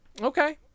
Okay